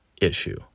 issue